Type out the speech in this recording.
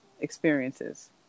experiences